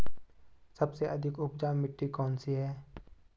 सबसे अधिक उपजाऊ मिट्टी कौन सी है?